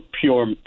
pure